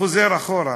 וחוזר אחורה.